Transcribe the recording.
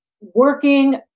working